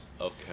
Okay